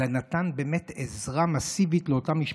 זה נתן באמת עזרה מסיבית לאותן המשפחות,